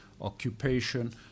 occupation